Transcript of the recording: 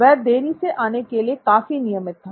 वह देरी से आने में काफी नियमित था